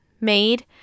made